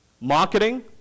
Marketing